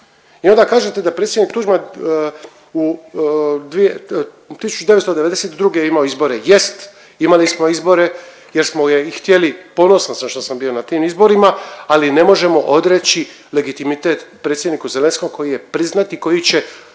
i onda kažete da predsjednik Tuđman u dvije, 1992., jest, imali smo izbore jer smo je i htjeli, ponosan sam što sam bio na tim izborima, ali ne možemo odreći legitimitet predsjedniku Zelenskom koji je priznati, koji će